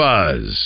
Buzz